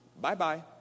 bye-bye